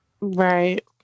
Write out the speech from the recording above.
Right